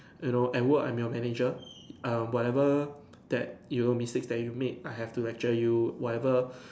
you know at work I am your manager err whatever that you mistakes that you made I have to lecture you whatever